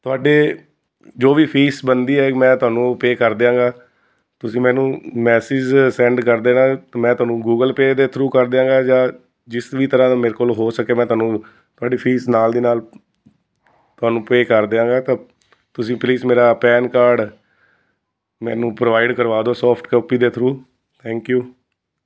ਤੁਹਾਡੇ ਜੋ ਵੀ ਫੀਸ ਬਣਦੀ ਹੈ ਮੈਂ ਤੁਹਾਨੂੰ ਪੇ ਕਰ ਦਿਆਂਗਾ ਤੁਸੀਂ ਮੈਨੂੰ ਮੈਸੇਜ ਸੈਂਡ ਕਰ ਦੇਣਾ ਮੈਂ ਤੁਹਾਨੂੰ ਗੂਗਲ ਪੇ ਦੇ ਥਰੂ ਕਰ ਦਿਆਂਗਾ ਜਾਂ ਜਿਸ ਵੀ ਤਰ੍ਹਾਂ ਦਾ ਮੇਰੇ ਕੋਲ ਹੋ ਸਕੇ ਮੈਂ ਤੁਹਾਨੂੰ ਤੁਹਾਡੀ ਫੀਸ ਨਾਲ ਦੀ ਨਾਲ ਤੁਹਾਨੂੰ ਪੇ ਕਰ ਦਿਆਂਗਾ ਤਾਂ ਤੁਸੀਂ ਪਲੀਜ਼ ਮੇਰਾ ਪੈਨ ਕਾਰਡ ਮੈਨੂੰ ਪ੍ਰੋਵਾਈਡ ਕਰਵਾ ਦਿਓ ਸੋਫਟ ਕਾਪੀ ਦੇ ਥਰੂ ਥੈਂਕ ਯੂ